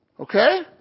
okay